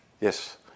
Yes